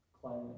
climate